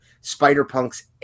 Spider-Punk's